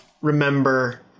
remember